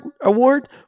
award